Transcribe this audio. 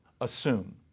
assume